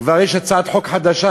יש הצעת חוק חדשה.